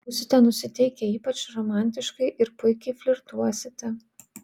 būsite nusiteikę ypač romantiškai ir puikiai flirtuosite